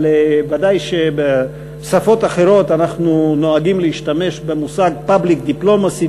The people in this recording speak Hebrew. אבל ודאי שבשפות אחרות אנחנו נוהגים להשתמש במושגpublic diplomacy,